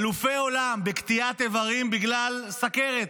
אלופי עולם בקטיעת איברים בגלל סוכרת,